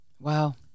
Wow